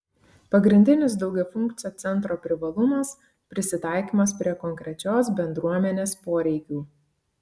pagrindinis daugiafunkcio centro privalumas prisitaikymas prie konkrečios bendruomenės poreikių